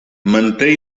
manté